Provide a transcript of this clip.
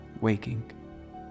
Waking